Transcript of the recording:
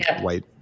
white